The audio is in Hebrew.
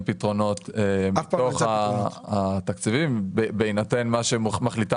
פתרונות בתוך התקציבים בהינתן מה שמחליטה